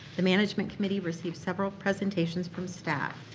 the management committee received several presentations from staff.